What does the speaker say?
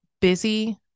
busy